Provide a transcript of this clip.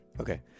Okay